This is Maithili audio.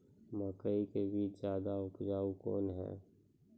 मकई के बीज ज्यादा उपजाऊ कौन है?